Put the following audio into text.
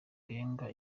rwenga